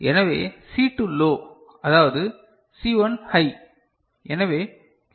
எனவே C 2 low அதாவது C 1 high எனவே Q1 ஆன்